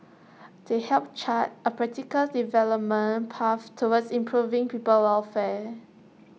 they help chart A practical development path towards improving people's welfare